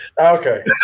Okay